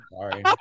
sorry